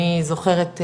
אני זוכרת,